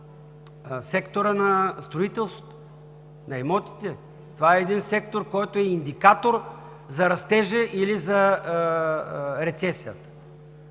сектора на строителството, на имотите. Това е сектор, който е индикатор за растежа или за рецесията.